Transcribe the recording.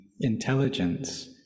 intelligence